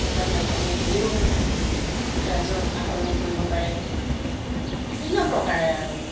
সংবাদ মাধ্যমে সেইদেও ৰাজহ আহৰণ কৰিব পাৰে বিভিন্ন প্ৰকাৰে আৰু